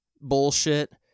bullshit